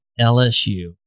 LSU